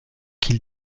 qu’il